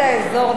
נאמר לי פה,